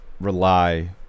rely